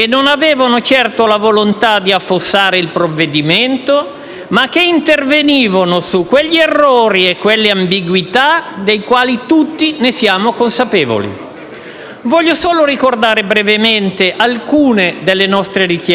Voglio solo ricordare, brevemente, alcune delle nostre richieste, le più significative, del resto già ampiamente sottolineate dai miei colleghi senatori di Forza Italia nel corso della discussione generale.